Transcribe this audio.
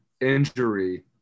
injury